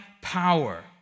power